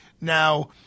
Now